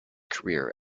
career